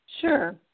Sure